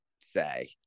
say